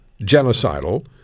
genocidal